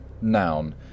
noun